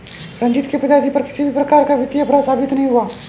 रंजीत के पिताजी पर किसी भी प्रकार का वित्तीय अपराध साबित नहीं हुआ